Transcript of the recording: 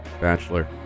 bachelor